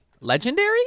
legendary